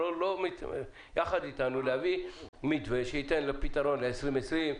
להביא מתווה שיביא פתרון ל-2020,